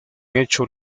hecho